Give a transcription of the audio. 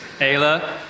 Ayla